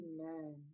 amen